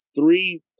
three